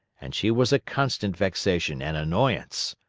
and she was a constant vexation and annoyance.